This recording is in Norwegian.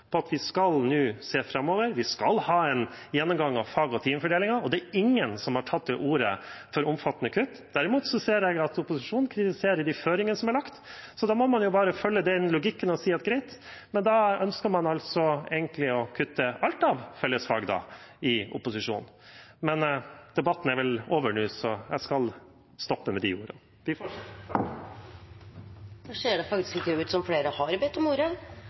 at vi skal nå se framover. Vi skal ha en gjennomgang av fag- og timefordelingen, og ingen har tatt til orde for omfattende kutt. Derimot ser jeg at opposisjonen kritiserer de føringene som er lagt. Da må man bare følge den logikken og si: Greit, men da ønsker vel opposisjonen egentlig å kutte alt av fellesfag? Debatten er over nå, så jeg skal stoppe med de